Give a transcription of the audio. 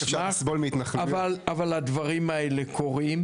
אבל הדברים האלה קורים.